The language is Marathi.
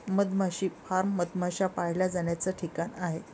मधमाशी फार्म मधमाश्या पाळल्या जाण्याचा ठिकाण आहे